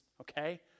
okay